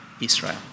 Israel